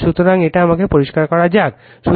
সুতরাং আমাকে এটা পরিষ্কার করা যাক